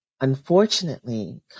Unfortunately